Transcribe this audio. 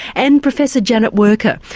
and professor janet werker,